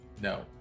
No